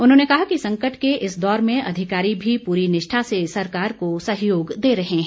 उन्होंने कहा कि संकट के इस दौर में अधिकारी भी पूरी निष्ठा से सरकार को सहयोग दे रहे हैं